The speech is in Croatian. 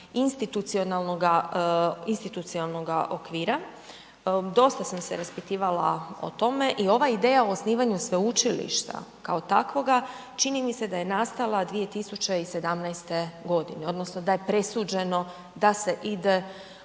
institucionalnoga okvira, dosta sam se raspitivala o tome i ova ideja o osnivanju sveučilišta kao takvoga, čini mi se da je nastala 2017. g. odnosno da je presuđeno da se ide